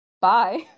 Bye